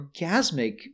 orgasmic